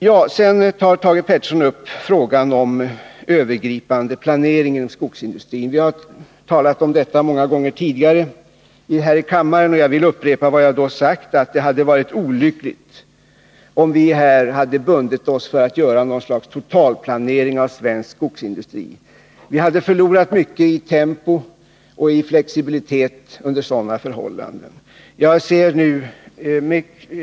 Thage Peterson tar också upp frågan om en övergripande planering inom skogsindustrin. Vi har talat om detta många gånger tidigare här i kammaren. Jag vill upprepa vad jag då har sagt, nämligen att det hade varit olyckligt om vi här hade bundit oss för att göra något slags totalplanering av den svenska skogsindustrin. Vi hade förlorat mycket i tempo och flexibilitet om vi hade gjort det.